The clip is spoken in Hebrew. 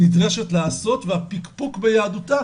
נדרשת להיעשות והפקפוק ביהדותה,